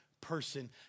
person